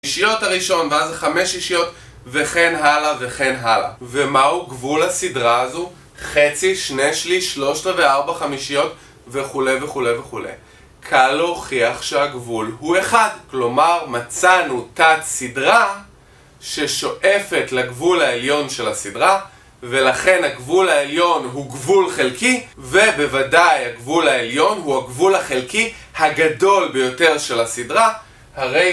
שישיות הראשון ואז זה חמש שישיות וכן הלאה וכן הלאה. ומהו גבול הסדרה הזו? חצי? שני שליש? שלושת רבעי? ארבע חמישיות? וכו' וכו' וכו'. קל להוכיח שהגבול הוא אחד, כלומר מצאנו תת סדרה ששואפת לגבול העליון של הסדרה ולכן הגבול העליון הוא גבול חלקי ובוודאי הגבול העליון הוא הגבול החלקי הגדול ביותר של הסדרה, הרי...